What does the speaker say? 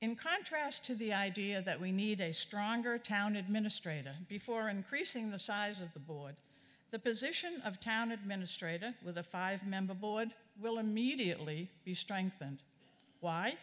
in contrast to the idea that we need a stronger town administrator before increasing the size of the board the position of town administrator with a five member board will immediately be strengthened why